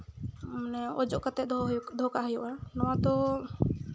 ᱢᱟᱱᱮ ᱚᱡᱚᱜ ᱠᱟᱛᱮ ᱫᱚᱦᱚ ᱠᱟᱜ ᱦᱩᱭᱩᱜᱼᱟ ᱱᱚᱣᱟ ᱫᱚ